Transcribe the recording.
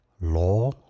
law